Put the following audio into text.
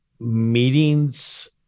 meetings